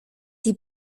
die